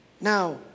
Now